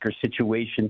situation